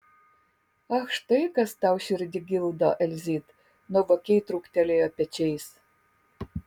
ak štai kas tau širdį gildo elzyt nuovokiai trūktelėjo pečiais